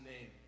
name